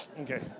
Okay